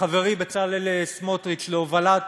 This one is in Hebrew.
לחברי להובלת